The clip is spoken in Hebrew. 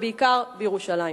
ובעיקר בירושלים.